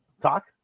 talk